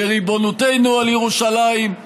וריבונותנו על ירושלים,